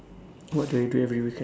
what do I do every weekend